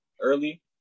early